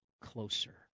closer